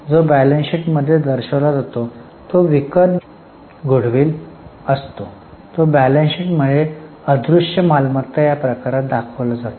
जो balance sheet मध्ये दर्शवला जातो तो विकत घेतलेला Goodwill असतो तो बॅलन्स शीट मध्ये अदृश्य मालमत्ता या प्रकारात दाखवला जातो